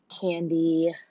candy